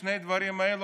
שני הדברים האלה,